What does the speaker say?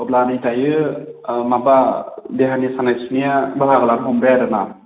अब्लानि दायो माबा देहानि सानाय सुनाया बाहागो लानो थांबाय आरो ना